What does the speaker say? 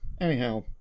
Anyhow